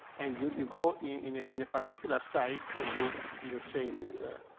and you you go in a in a particular site. and you you say that